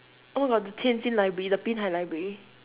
oh my god the tianjin library the binhai library